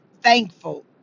thankful